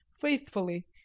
faithfully